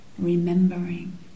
remembering